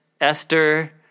Esther